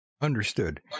Understood